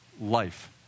life